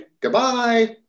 goodbye